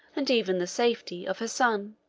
and even the safety, of her son.